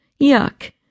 Yuck